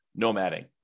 nomading